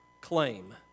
claim